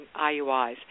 IUIs